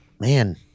man